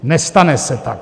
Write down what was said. Nestane se tak.